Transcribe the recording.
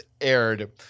aired